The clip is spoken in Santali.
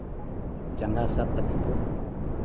ᱡᱟᱸᱜᱟ ᱥᱟᱵ ᱠᱟᱛᱮᱫ ᱠᱚ